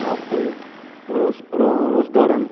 park rose ரோ rose garden